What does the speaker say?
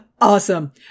awesome